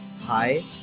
Hi